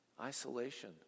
isolation